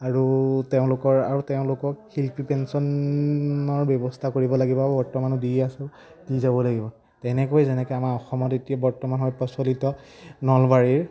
আৰু তেওঁলোকৰ আৰু তেওঁলোকক শিল্পী পেঞ্চনৰ ব্যৱস্থা কৰিব লাগিব আৰু বৰ্তমানো দি আছোঁ দি যাব লাগিব তেনেকৈ যেনেকৈ আমাৰ অসমত এতিয়া বৰ্তমান সময়ত প্ৰচলিত নলবাৰীৰ